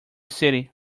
city